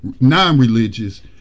non-religious